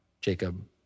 Jacob